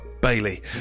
bailey